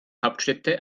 hauptstädte